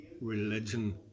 religion